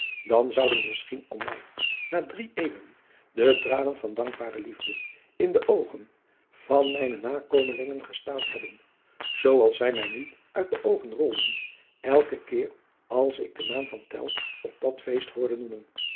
dan zouden misschien om mij na drie eeuwen de tranen van dankbare liefde in de oogen van mijne nakomelingen gestaan hebben zoo als zij mij nu uit de oogen rolden eiken keer als ik den naam van tell op dat feest hoorde noemen